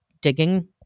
digging